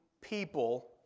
people